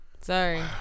Sorry